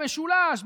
במשולש,